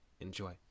enjoy